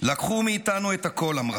לקחו מאיתנו את הכול, אמרה,